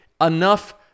enough